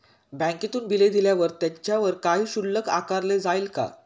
बँकेतून बिले दिल्यावर त्याच्यावर काही शुल्क आकारले जाईल का?